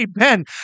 Amen